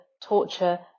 torture